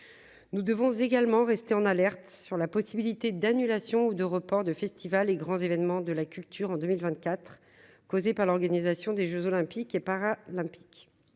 nous devons également rester en alerte sur la possibilité d'annulation ou de report de festivals et grands événements de la culture en 2024 causée par l'organisation des Jeux olympiques et paralympiques,